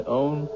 own